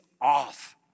off